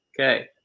Okay